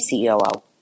CEO